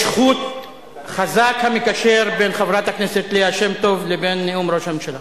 יש חוט חזק המקשר בין חברת הכנסת ליה שמטוב לבין נאום ראש הממשלה,